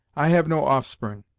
i have no offspring,